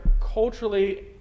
culturally